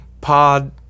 Pod